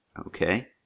Okay